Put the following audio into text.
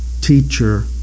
teacher